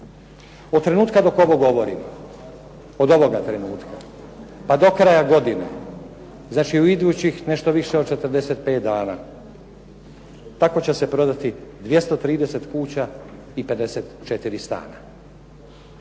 Od trenutka dok ovo govorim, od ovoga trenutka, pa do kraja godine, znači u idući nešto više od 45 dana tako će se prodati 230 kuća i 54 stana.